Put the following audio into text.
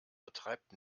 betreibt